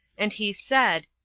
and he said,